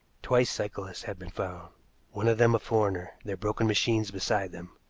twice cyclists have been found one of them a foreigner their broken machines beside them.